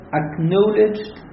acknowledged